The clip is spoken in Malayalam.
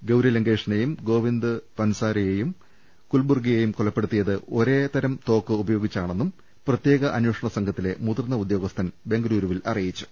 ഗൌരിൽങ്കേഷിനെയും ഗോവിന്ദ് പൻസാരെയെയും കൽബുർഗിയെയും കൊല പ്പെടുത്തിയത് ഒരേ തരം തോക്ക് ഉപയോഗിച്ചാണെന്നും പ്രത്യേക അന്വേഷണസംഘത്തിലെ മുതിർന്ന ഉദ്യോ ഗസ്ഥൻ ബെങ്കലൂരുവിൽ അറിയിച്ചു